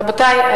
רבותי,